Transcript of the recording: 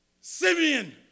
Simeon